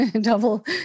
double